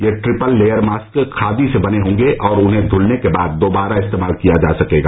ये triple layer mask khadi से बने होंगे और उन्हें धुलने के बाद दोबारा इस्तेमाल किया जा सकेगा